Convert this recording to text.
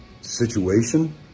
situation